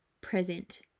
present